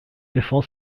bevor